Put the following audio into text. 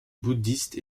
bouddhistes